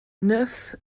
neuf